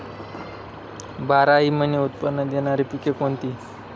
बाराही महिने उत्त्पन्न देणारी पिके कोणती?